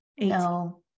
No